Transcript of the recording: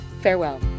Farewell